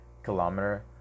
kilometer